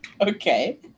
Okay